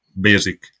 basic